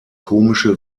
komische